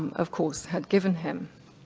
of course, had given him.